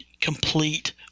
complete